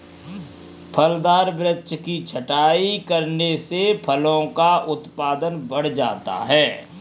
फलदार वृक्ष की छटाई करने से फलों का उत्पादन बढ़ जाता है